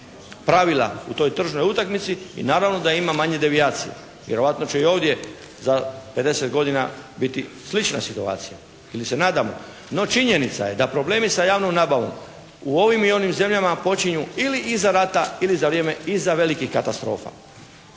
pravila u toj tržnoj utakmici. I naravno da ima manje devijacija. Vjerojatno će i ovdje za 50 godina biti slična situacija, ili se nadamo. No činjenica je da problemi sa javnom nabavom u ovim i onim zemljama počinju ili iza rata ili za vrijeme iza velikih katastrofa.